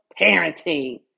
parenting